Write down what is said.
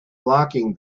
locking